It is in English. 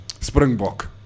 Springbok